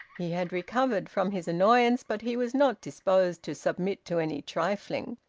he had recovered from his annoyance, but he was not disposed to submit to any trifling.